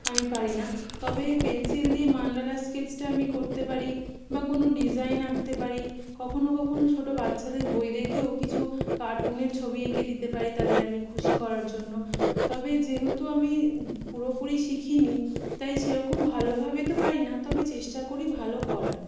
আমি পারি না তবে পেন্সিল দিয়ে মণ্ডালা স্কেচটা আমি করতে পারি বা কোনও ডিজাইন আঁকতে পারি কখনো কখনো ছোট বাচ্চাদের বই দেখেও কিছু কার্টুনের ছবি এঁকে দিতে পারি তাদের আমি খুশি করার জন্য তবে যেহেতু আমি পুরোপুরি শিখিনি তাই সেরকম ভালোভাবে তো পারি না তবে চেষ্টা করি ভালো করার